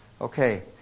Okay